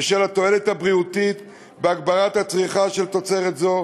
בשל התועלת הבריאותית בהגברת הצריכה של תוצרת זו